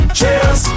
Cheers